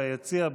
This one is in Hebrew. ביציע,